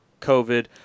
COVID